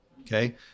okay